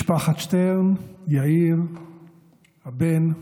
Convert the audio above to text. משפחת שטרן, יאיר הבן,